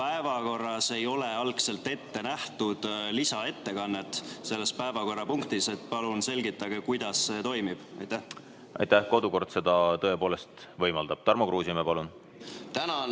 Päevakorras ei ole algselt ette nähtud lisaettekannet selles päevakorrapunktis. Palun selgitage, miks see nii on! Aitäh! Kodukord seda tõepoolest võimaldab. Tarmo Kruusimäe, palun!